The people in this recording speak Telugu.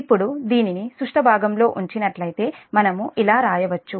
ఇప్పుడు దీనిని సుష్ట భాగంలో ఉంచినట్లయితే మనము ఇలా వ్రాయవచ్చు